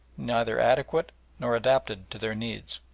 neither adequate nor adapted to their needs.